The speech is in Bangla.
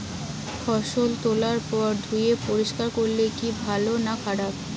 ফসল তোলার পর ধুয়ে পরিষ্কার করলে কি ভালো না খারাপ?